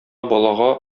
балага